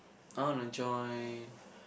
I want to join